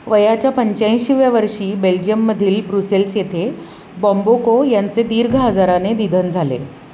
वयाच्या पंच्याऐंशीव्या वर्षी बेल्जियममधील ब्रुसेल्स येथे बॉम्बोको यांचे दीर्घ आजाराने निधन झाले